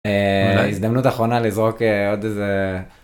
הזדמנות האחרונה לזרוק עוד איזה.